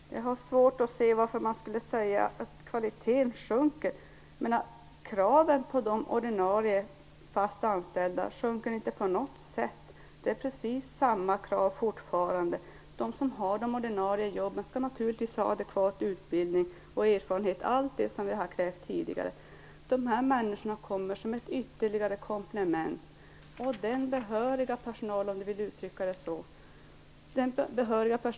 Fru talman! Jag har svårt att se varför man skulle säga att kvaliteten sjunker. Kraven på de ordinarie fast anställda sjunker inte på något sätt. Det är precis samma krav fortfarande. De som har de ordinarie jobben skall naturligtvis ha adekvat utbildning och erfarenhet - allt det som vi har krävt tidigare. De här människorna blir ett ytterligare komplement. Den behöriga personalen med adekvat utbildning kommer att finnas kvar.